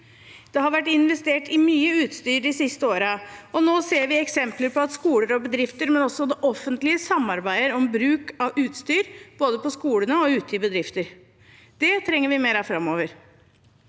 Det har vært investert mye i utstyr de siste årene, og nå ser vi eksempler på at skoler og bedrifter, men også det offentlige, samarbeider om bruk av utstyr, både på skolene og ute i bedrifter. Det trenger vi mer av framover.